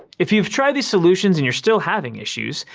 if you've tried these solutions and you're still having issues,